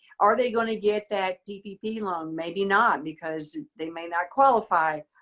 are they going to get that ppp loan? maybe not because they may not qualify.